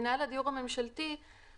הסנקציה העיקרית של מינהל הדיור הממשלתי זה